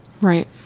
Right